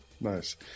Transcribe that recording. Nice